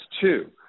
two